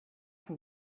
can